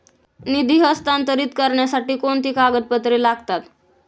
निधी हस्तांतरित करण्यासाठी कोणती कागदपत्रे लागतात?